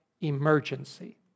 emergency